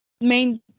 Main